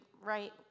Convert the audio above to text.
right